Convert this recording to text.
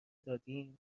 دادیم